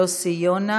יוסי יונה,